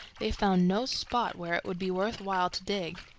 they found no spot where it would be worth while to dig,